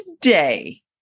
today